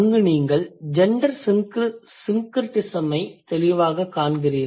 அங்கு நீங்கள் ஜெண்டர் syncretismஐ தெளிவாகக் காண்கிறீர்கள்